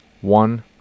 one